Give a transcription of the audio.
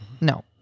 no